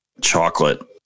chocolate